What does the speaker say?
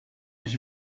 ich